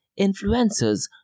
influencers